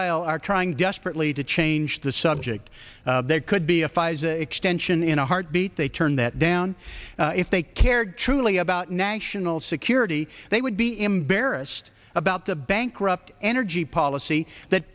aisle are trying desperately to change the subject there could be if i was a extension in a heartbeat they turn that down if they cared truly about national security they would be embarrassed about the bankrupt energy policy that